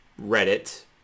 Reddit